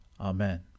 Amen